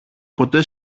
ποτέ